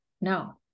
no